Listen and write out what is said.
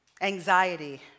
anxiety